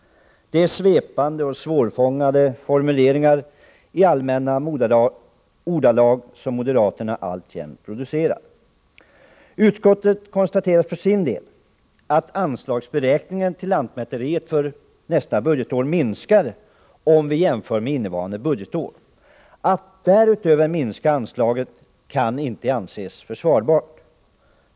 Det är svepande och svårfångade formuleringar i allmänna ordalag som moderaterna alltjämt producerar. Utskottet konstaterar för sin del att anslagsberäkningen till lantmäteriet för nästa budgetår minskar om vi jämför med innevarande budgetår. Att därutöver minska anslaget kan inte anses försvarbart.